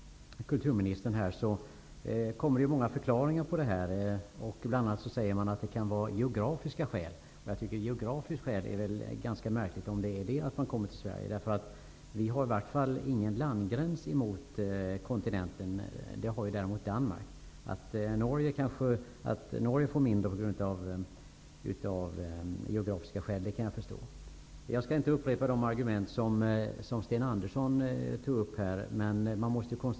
Kulturministern presenterar ju många förklaringar i sitt svar. Hon säger bl.a. att skälen kan vara geografiska. Det är väl ganska märkligt om det är av geografiska skäl som det kommer asylsökande till Sverige. Vi har ingen landgräns mot kontinenten, vilket däremot Danmark har. Men jag kan förstå att det kommer ett mindre antal till Norge av geografiska skäl. Jag skall dock inte upprepa de argument som Sten Anderson tog upp.